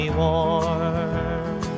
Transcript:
warm